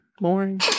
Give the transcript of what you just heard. Boring